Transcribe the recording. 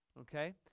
Okay